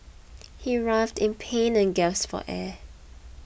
he writhed in pain and gasped for air